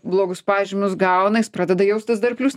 blogus pažymius gauna jis pradeda jaustis dar plius